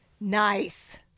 Nice